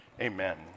amen